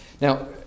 Now